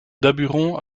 daburon